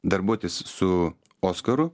darbuotis su oskaru